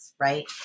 right